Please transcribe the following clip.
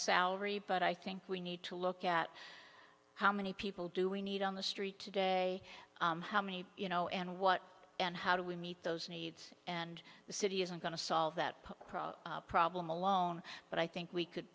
salary but i think we need to look at how many people do we need on the street today how many you know and what and how do we meet those needs and the city isn't going to solve that problem alone but i think we could